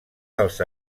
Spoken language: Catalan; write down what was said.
dels